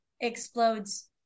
explodes